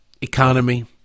Economy